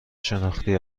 شناختی